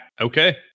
okay